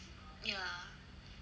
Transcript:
ya lah